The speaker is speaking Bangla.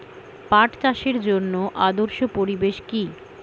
পাট চাষের জন্য আদর্শ পরিবেশ কি?